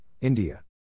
India